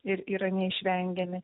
ir yra neišvengiami